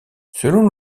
selon